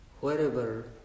Wherever